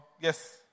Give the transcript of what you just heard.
Yes